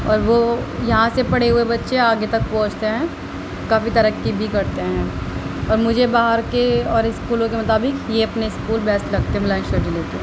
اور وہ یہاں سے پڑھے ہوئے بچے آگے تک پہنچتے ہیں کبھی ترقی بھی کرتے ہیں اور مجھے باہر کے اور اسکولوں کے مطابق یہ اپنے اسکول بیسٹ لگتے ہیں بلند شہر ضلعے کے